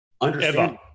Understand